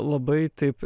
labai taip